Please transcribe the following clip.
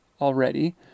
already